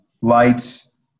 lights